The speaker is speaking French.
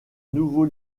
nouveau